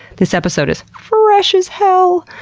this episode is fresh as hell!